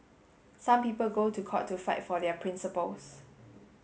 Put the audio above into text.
some people go to court to fight for their principles